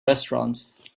restaurant